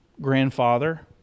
grandfather